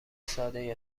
سادهای